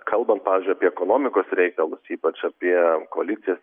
kalbant pavyzdžiui apie ekonomikos reikalus ypač apie koalicijas